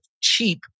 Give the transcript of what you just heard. cheap